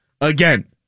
again